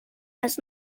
has